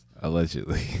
Allegedly